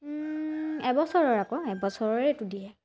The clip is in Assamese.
এবছৰৰ আকৌ এবছৰৰেতো দিয়ে